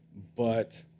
but